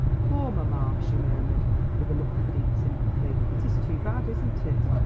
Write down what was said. poor mamma, she murmured with a look of deep sympathy, it is too bad isn't it?